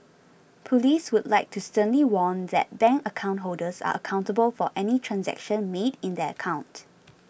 police would like to sternly warn that bank account holders are accountable for any transaction made in their account